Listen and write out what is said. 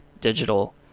digital